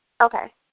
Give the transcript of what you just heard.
Okay